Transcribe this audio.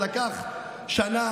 לקח שנה,